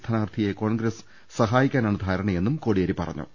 സ്ഥാനാർഥിയെ കോൺഗ്രസ് സഹായിക്കാനാണ് ധാരണയെന്നും കോടി യേരി പറഞ്ഞു